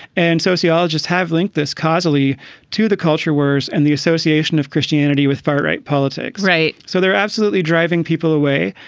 and sociologists have linked this khazali to the culture wars and the association of christianity with far right politics. right. so they're absolutely driving people away,